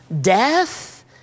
death